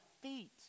feet